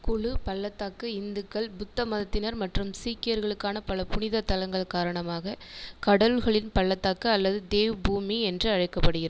குலு பள்ளத்தாக்கு இந்துக்கள் புத்த மதத்தினர் மற்றும் சீக்கியர்களுக்கான பல புனித தலங்கள் காரணமாக கடல்களின் பள்ளத்தாக்கு அல்லது தேவ் பூமி என்று அழைக்கப்படுகிறது